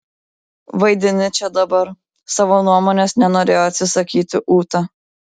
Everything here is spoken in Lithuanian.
vaidini čia dabar savo nuomonės nenorėjo atsisakyti ūta